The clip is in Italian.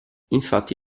infatti